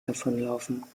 davonlaufen